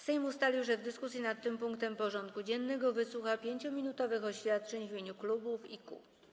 Sejm ustalił, że w dyskusji nad tym punktem porządku dziennego wysłucha 5-minutowych oświadczeń w imieniu klubów i kół.